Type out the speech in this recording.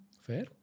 Fair